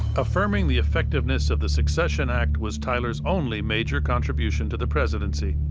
affirming the effectiveness of the succession act was tyler's only major contribution to the presidency,